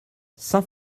saint